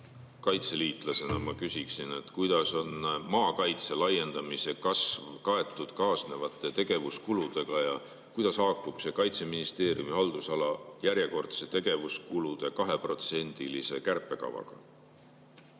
Kaitseliitlasena ma küsin, kuidas on maakaitse laiendamise kasv kaetud kaasnevate tegevuskuludega ja kuidas haakub see Kaitseministeeriumi haldusala tegevuskulude järjekordse 2%‑lise kärpekavaga.